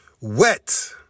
Wet